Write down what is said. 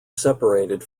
separated